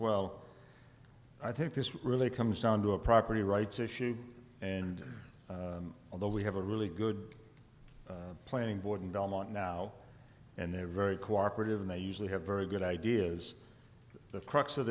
well i think this really comes down to a property rights issue and although we have a really good planning board in belmont now and they are very cooperative and they usually have very good ideas the crux of